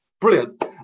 Brilliant